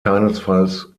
keinesfalls